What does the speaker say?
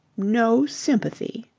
no sympathy,